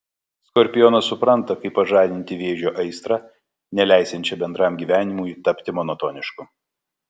skorpionas supranta kaip pažadinti vėžio aistrą neleisiančią bendram gyvenimui tapti monotonišku